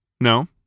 No